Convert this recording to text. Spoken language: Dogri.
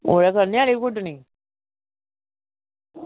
एह् कन्नै आह्ली गुड्डनी